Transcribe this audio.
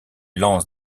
lance